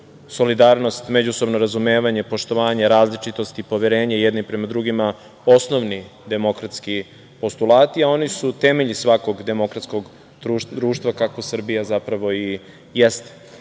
solidarnost, međusobno razumevanje, poštovanje različitosti, poverenje jedni prema drugima osnovni demokratski postulati, a oni su temelji svakog demokratskog društva kakvo Srbija, zapravo, i jeste.